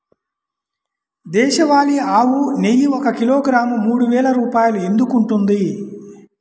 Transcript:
దేశవాళీ ఆవు నెయ్యి ఒక కిలోగ్రాము మూడు వేలు రూపాయలు ఎందుకు ఉంటుంది?